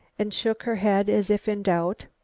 and shook her head as if in doubt.